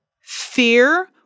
Fear